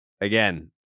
again